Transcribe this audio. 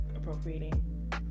appropriating